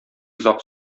озак